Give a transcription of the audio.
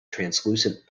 translucent